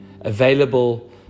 available